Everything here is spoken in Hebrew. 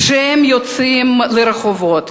כשהם יוצאים לרחובות,